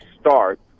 start